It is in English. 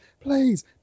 Please